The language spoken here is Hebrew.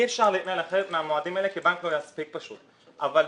אי אפשר להתנהל אחרת מהמועדים האלה כי הבנק לא יספיק אבל בפועל,